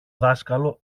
δάσκαλο